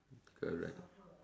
correct